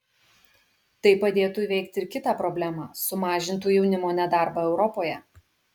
tai padėtų įveikti ir kitą problemą sumažintų jaunimo nedarbą europoje